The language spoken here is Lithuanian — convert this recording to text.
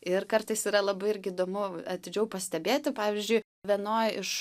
ir kartais yra labai irgi įdomu atidžiau pastebėti pavyzdžiui vienoj iš